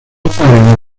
otra